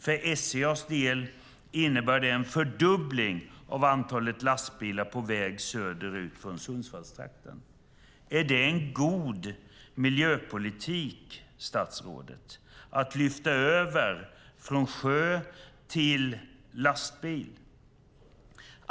För SCA:s del innebär det en fördubbling av antalet lastbilar på väg söderut från Sundsvallstrakten. Är det en god miljöpolitik, statsrådet, att lyfta över transporter från sjö till landsväg?